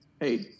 hey